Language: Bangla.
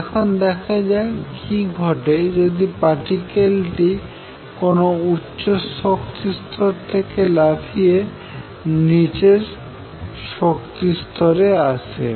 এখন দেখা যাক কী ঘটে যদি পার্টিকেল টি কোন উচ্চ শক্তি স্তর থেকে লাফিয়ে নিম্ন শক্তিস্তরে আসে